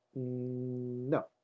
no